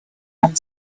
and